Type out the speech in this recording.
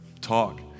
talk